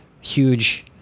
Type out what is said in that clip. huge